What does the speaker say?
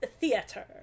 theater